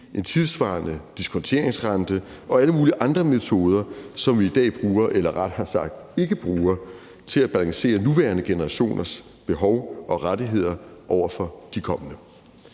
en tidssvarende diskonteringsrente og alle mulige andre metoder, som vi i dag bruger eller rettere sagt ikke bruger til at balancere nuværende generationers behov og rettigheder over for de kommende.